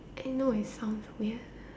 no it sounds weird